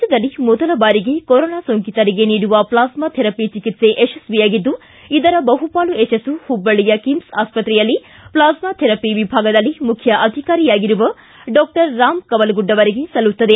ರಾಜ್ಯದಲ್ಲಿ ಮೊದಲ ಬಾರಿಗೆ ಕೊರೊನಾ ಸೋಂಕಿತರಿಗೆ ನೀಡುವ ಪ್ಲಾಸ್ಮಾ ಥೆರಪಿ ಚಿಕಿತ್ಸೆ ಯಶಸ್ವಿಯಾಗಿದ್ದು ಇದರ ಬಹುಪಾಲು ಯಶಸ್ಸು ಹುಬ್ಬಳ್ಳಿಯ ಕಿಮ್ಸ್ ಆಸ್ಪತ್ರೆಯಲ್ಲಿ ಪ್ಲಾಸ್ಮಾ ಥೆರಪಿ ವಿಭಾಗದಲ್ಲಿ ಮುಖ್ಯ ಅಧಿಕಾರಿಯಾಗಿರುವ ಡಾಕ್ಟರ್ ರಾಮ್ ಕೌಲಗುಡ್ ಅವರಿಗೆ ಸಲ್ಲುತ್ತದೆ